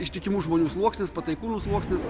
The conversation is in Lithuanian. ištikimų žmonių sluoksnis pataikūnų sluoksnis